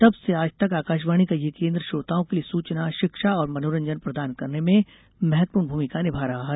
तब से आज तक आकाशवाणी का यह केन्द्र श्रोताओं के लिए सूचना शिक्षा और मनोरजंन प्रदान करने में महत्वपूर्ण भूमिका निभा रहा है